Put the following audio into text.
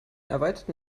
erweiterten